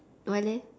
why leh